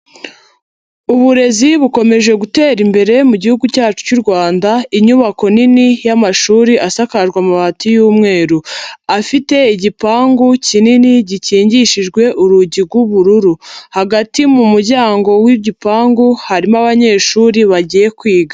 Uburezi bukomeje gutera imbere mu gihugu cyacu cy'u Rwanda, inyubako nini y'amashuri asakajwe amabati y'umweru, afite igipangu kinini gikingishijwe urugi rw'ubururu, hagati mu muryango w'igipangu harimo abanyeshuri bagiye kwiga.